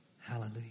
Hallelujah